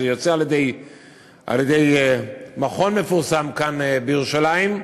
שיצא על-ידי מכון מפורסם כאן בירושלים,